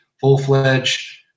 full-fledged